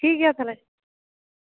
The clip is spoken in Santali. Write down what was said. ᱴᱷᱤᱠ ᱜᱮᱭᱟ ᱛᱟᱦᱚᱞᱮ